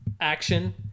action